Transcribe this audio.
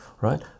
right